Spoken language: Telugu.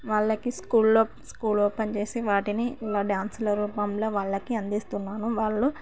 వాళ్ళకి స్కూల్లో స్కూల్ ఓపెన్ చేసి వాటిని డ్యాన్స్ల రూపంలో వాళ్ళకి అందిస్తున్నాను వాళ్ళు